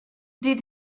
did